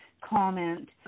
comment